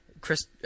Chris